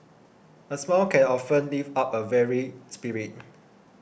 a smile can often lift up a weary spirit